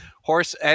Horse